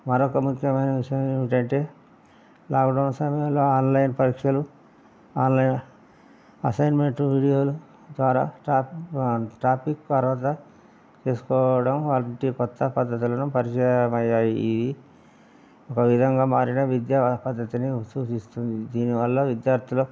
మరొక ముఖ్యమైన విషయం ఏమిటంటే లాక్డౌన్ సమయంలో ఆన్లైన్ పరీక్షలు ఆన్లైన్ అసైన్మెంట్ వీడియోలు ద్వారాా టాపిక్ తరువాత చేసుకోవడం వారింటి క్రొత్త పద్ధతులను పరిచయమయ్యాయి ఒక విధంగా మారిన విద్యా పద్ధతిని సూచిస్తుంది దీనివల్ల విద్యార్థులో